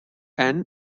and